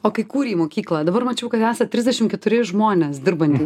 o kai kūrei mokyklą dabar mačiau kad esat trisdešim keturi žmonės dirbantys